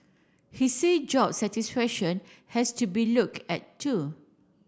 he say job satisfaction has to be looked at too